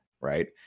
right